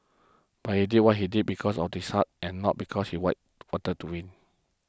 but he did what he did because of this heart and not because he wide wanted to win